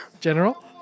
General